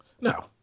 No